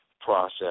process